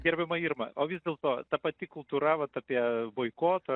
gerbiama irma o vis dėlto ta pati kultūra vat apie boikotą